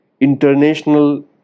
international